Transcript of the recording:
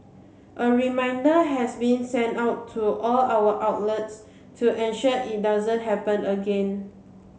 a reminder has been sent out to all our outlets to ensure it doesn't happened again